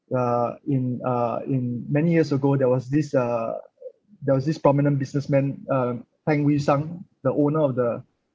uh in uh in many years ago there was this uh there was this prominent businessman uh tang wee sung the owner of the